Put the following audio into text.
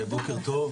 בוקר טוב.